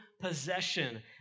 possession